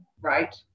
right